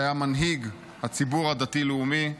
שהיה מנהיג הציבור הדתי לאומי.